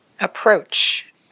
approach